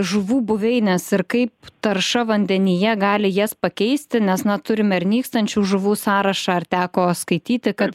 žuvų buveines ir kaip tarša vandenyje gali jas pakeisti nes na turim ir nykstančių žuvų sąrašą ar teko skaityti kad